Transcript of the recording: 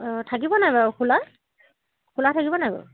অঁ থাকিব নাই বাৰু খোলা খোলা থাকিব নাই বাৰু